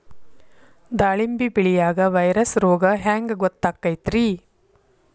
ದಾಳಿಂಬಿ ಬೆಳಿಯಾಗ ವೈರಸ್ ರೋಗ ಹ್ಯಾಂಗ ಗೊತ್ತಾಕ್ಕತ್ರೇ?